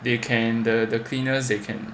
they can the cleaners they can